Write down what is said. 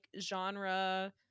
genre